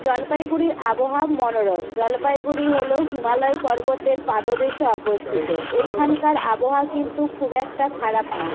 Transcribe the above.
জলপাইগুড়ির আবহাওয়া মনোরম জলপাইগুড়ি হলো হিমালয় পর্বতের পাদদেশে অবস্থিত এইখানকার আবহাওয়া কিন্তু খুব একটা খারাপ না